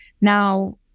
now